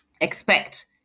expect